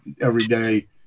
everyday